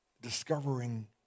discovering